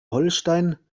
holstein